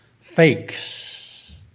fakes